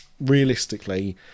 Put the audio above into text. realistically